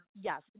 yes